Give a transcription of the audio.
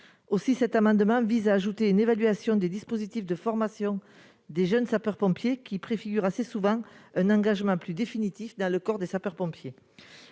Aussi cet amendement vise-t-il à ajouter une évaluation des dispositifs de formation des jeunes sapeurs-pompiers, qui préfigurent assez souvent un engagement plus définitif dans le corps des sapeurs-pompiers.